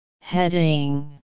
Heading